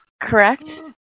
correct